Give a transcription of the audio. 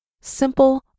simple